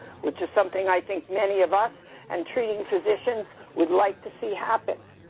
which is something i think many of us and treating physicians would like to see happen.